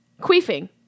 Queefing